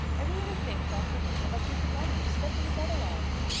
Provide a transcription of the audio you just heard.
i really think, dr. wortle, that you could not have expected it otherwise.